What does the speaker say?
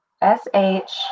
S-H